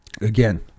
again